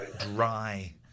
dry